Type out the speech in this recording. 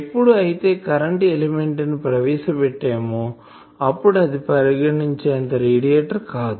ఎప్పుడు అయితే current element ను ప్రవేశపెట్టామో అప్పుడే అది పరిగణించేంత రేడియేటర్ కాదు